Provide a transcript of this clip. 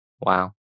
wow